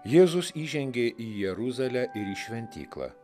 jėzus įžengė į jeruzalę ir į šventyklą